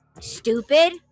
Stupid